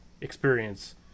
experience